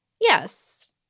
yes